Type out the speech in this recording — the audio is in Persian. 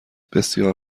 بسیار